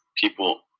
people